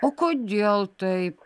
o kodėl taip